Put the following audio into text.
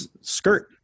skirt